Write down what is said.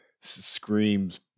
screams